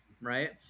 Right